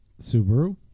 Subaru